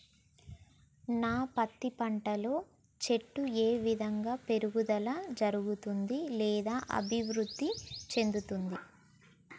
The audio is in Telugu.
నా పత్తి పంట లో చెట్టు ఏ విధంగా పెరుగుదల జరుగుతుంది లేదా అభివృద్ధి చెందుతుంది?